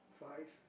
five